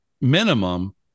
minimum